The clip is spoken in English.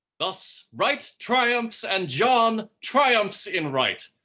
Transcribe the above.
thus right triumphs, and john triumphs in right.